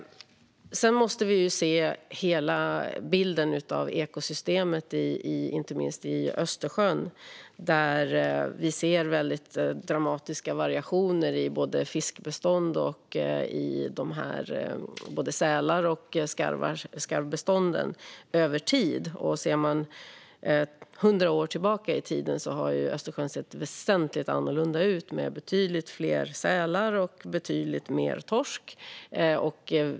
Sedan måste vi se hela bilden av ekosystemet, inte minst i Östersjön. Där ser vi över tid väldigt dramatiska variationer i både fiskbestånd och bestånd av säl och skarv. Tittar man 100 år tillbaka i tiden ser man att Östersjön har sett väsentligt annorlunda ut, med betydligt fler sälar och betydligt mer torsk.